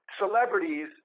celebrities